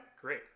great